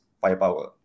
firepower